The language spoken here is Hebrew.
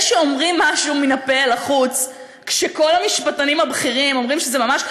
זה שאומרים משהו מן הפה ולחוץ כשכל המשפטנים הבכירים אומרים שזה ממש,